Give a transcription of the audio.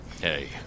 Hey